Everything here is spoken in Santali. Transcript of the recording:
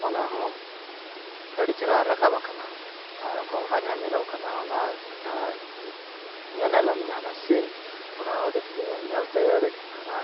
ᱚᱱᱟ ᱦᱚᱸ ᱟᱹᱰᱤ ᱪᱮᱦᱨᱟ ᱨᱟᱠᱟᱵ ᱟᱠᱟᱱᱟ ᱚᱱᱟ ᱡᱟᱦᱟᱸ ᱧᱮᱞᱚᱜ ᱠᱟᱱᱟ ᱚᱱᱟ ᱡᱟᱦᱟᱸ ᱧᱮᱱᱮᱞᱚᱢ ᱡᱟᱦᱟᱸ ᱚᱱᱟ ᱥᱤᱱ ᱚᱱᱟ ᱟᱹᱰᱤ ᱧᱮᱞᱛᱮ ᱟᱹᱰᱤ ᱚᱱᱟ